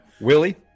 willie